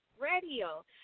radio